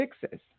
fixes